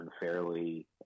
unfairly